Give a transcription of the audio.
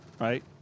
right